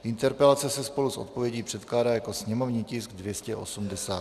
Interpelace se spolu s odpovědí předkládá jako sněmovní tisk 285.